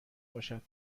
باشد